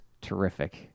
terrific